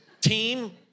team